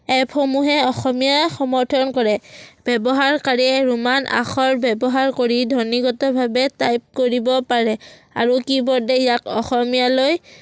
এপসমূহে অসমীয়া সমৰ্থন কৰে ব্যৱহাৰকাৰীয়ে ৰোমান আখৰ ব্যৱহাৰ কৰি ধ্বনীগতভাৱে টাইপ কৰিব পাৰে আৰু কিবৰ্ডে ইয়াক অসমীয়ালৈ